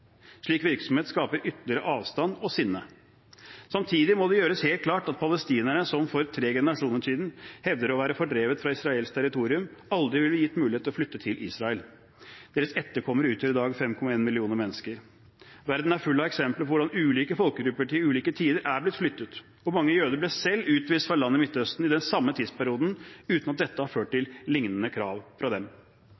Slik virksomhet skaper ytterligere avstand og sinne. Samtidig må det gjøres helt klart at palestinerne, som for tre generasjoner siden hevder å være fordrevet fra israelsk territorium, aldri ville bli gitt mulighet til å flytte til Israel. Deres etterkommere utgjør i dag 5,1 millioner mennesker. Verden er full av eksempler på hvordan ulike folkegrupper til ulike tider er blitt flyttet, og mange jøder ble selv utvist fra land i Midtøsten i den samme tidsperioden, uten at dette har ført til